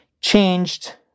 changed